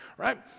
right